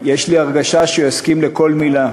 יש לי הרגשה שהוא יסכים לכל מילה.